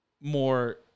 more